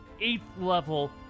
Eighth-level